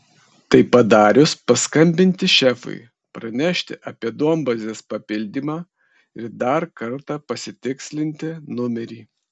tai padarius paskambinti šefui pranešti apie duombazės papildymą ir dar kartą pasitikslinti numerį